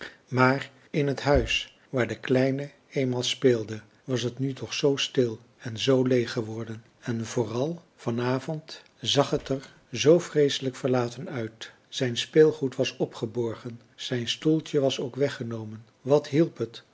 maar in het huis waar de kleine eenmaal speelde was het nu toch zoo stil en zoo leeg geworden en vooral vanavond zag het er zoo vreeselijk verlaten uit zijn speelgoed was opgeborgen zijn stoeltje was ook weggenomen wat hielp het